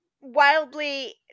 wildly